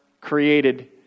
created